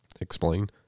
Explain